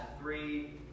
three